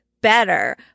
better